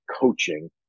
coaching